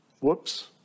whoops